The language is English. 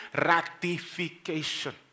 ratification